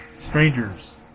Strangers